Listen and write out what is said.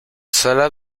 sala